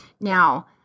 Now